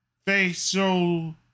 facial